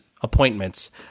appointments